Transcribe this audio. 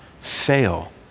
fail